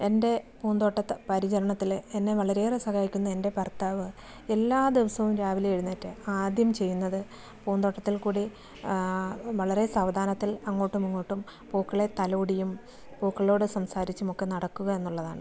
എൻ്റെ പൂന്തോട്ടത് പരിചരണത്തിൽ എന്നെ വളരെയേറെ സഹായിക്കുന്ന എൻ്റെ ഭർത്താവ് എല്ലാ ദിവസവും രാവിലെ എഴുന്നേറ്റ് ആദ്യം ചെയ്യുന്നത് പൂന്തോട്ടത്തിൽ കൂടി വളരെ സാവധാനത്തിൽ അങ്ങോട്ടും ഇങ്ങോട്ടും പൂക്കളെ തലോടിയും പൂക്കളോട് സംസാരിച്ചുമൊക്കെ നടക്കുക എന്നുള്ളതാണ്